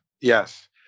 Yes